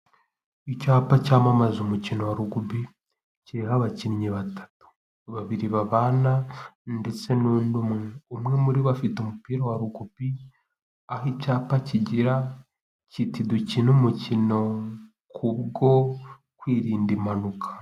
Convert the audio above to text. Icyapa cyamamaza umukino wa rugubi kiriho abakinnyi batatu, babiri babana ndetse n'undi umwe, umwe muri bo afite umupira wa rugubi, aho icyapa kigira kiti dukina umukino kubwo kwirinda impanuka.